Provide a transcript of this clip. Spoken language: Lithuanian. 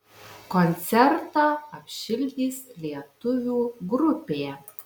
koncertą apšildys lietuvių grupė